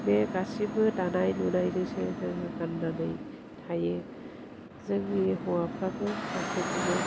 बे गासिबो दानाय लुनायजोंसो जोङो गाननानै थायो जोंनि हौवाफ्राबो गासिखौबो